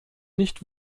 nicht